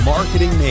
Marketing